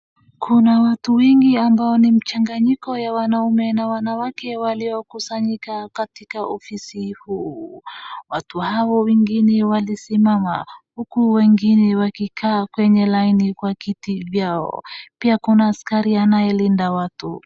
Kuna watu wengi ambao ni mchanganyiko ya wanaume na wanawake waliokusanyika katika ofisi huu. Watu hao wengine walisimama huku wengine wakikaa kwenye laini kwa kiti vyao. Pia kuna askari anayelinda watu.